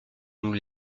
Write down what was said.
nous